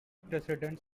presidents